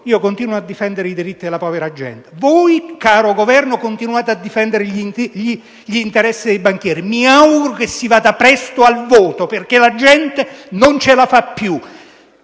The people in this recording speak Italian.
io continuo a difendere i diritti della povera gente ma voi, cari membri del Governo, continuate a difendere gli interessi dei banchieri. Mi auguro che si vada presto al voto, perché la gente non ce la fa più.